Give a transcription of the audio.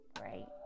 right